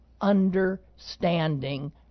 understanding